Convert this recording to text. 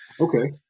Okay